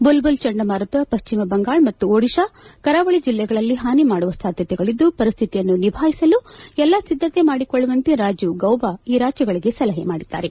ಬುಲ್ಬುಲ್ ಚಂಡಮಾರುತ ಪಶ್ಚಿಮ ಬಂಗಾಳ ಮತ್ತು ಒಡಿಶಾ ಕರಾವಳಿ ಜಿಲ್ಲೆಗಳಲ್ಲಿ ಹಾನಿ ಮಾಡುವ ಸಾಧ್ಯತೆಗಳಿದ್ದು ಪರಿಶ್ವಿತಿಯನ್ನು ನಿಭಾಯಿಸಲು ಎಲ್ಲ ಸಿದ್ದತೆ ಮಾಡಿಕೊಳ್ಳುವಂತೆ ರಾಜೀವ್ ಗೌಬಾ ಈ ರಾಜ್ಯಗಳಿಗೆ ಸಲಹೆ ಮಾಡಿದ್ದಾರೆ